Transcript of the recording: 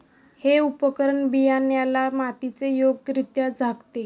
हे उपकरण बियाण्याला मातीने योग्यरित्या झाकते